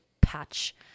patch